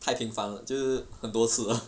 太平凡了就是很多次了